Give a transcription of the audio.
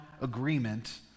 agreement